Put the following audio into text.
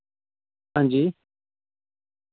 हांजी